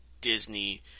Disney